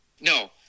no